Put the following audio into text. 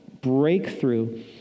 breakthrough